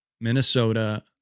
Minnesota